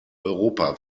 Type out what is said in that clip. europa